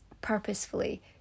purposefully